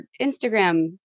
Instagram